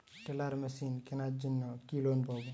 Teller machine কেনার জন্য কি লোন পাব?